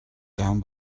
down